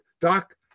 Doc